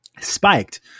spiked